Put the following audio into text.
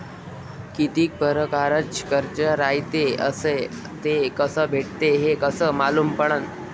कितीक परकारचं कर्ज रायते अस ते कस भेटते, हे कस मालूम पडनं?